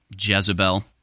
Jezebel